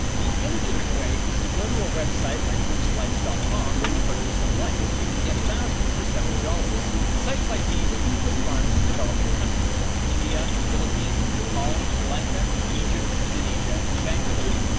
the illegitimate way is to go to a website like boostlikes dot com and purchase some likes. you can get one thousand for seventy dollars. sites like these use clickfarms in developing countries like india, the philippines, nepal, sri lanka, egypt, indonesia and bangladesh.